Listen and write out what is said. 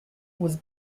was